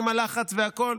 ועם הלחץ והכול,